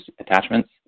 attachments